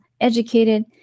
educated